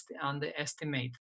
underestimate